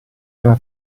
nella